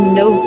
no